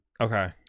Okay